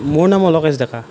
মোৰ নাম অলকেশ ডেকা